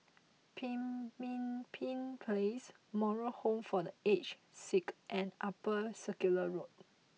Pemimpin Place Moral Home for The Aged Sick and Upper Circular Road